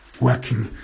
working